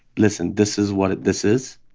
listen this is what this is,